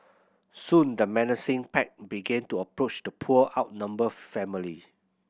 soon the menacing pack began to approach the poor outnumbered family